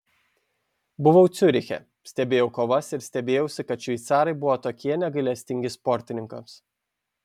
buvau ciuriche stebėjau kovas ir stebėjausi kad šveicarai buvo tokie negailestingi sportininkams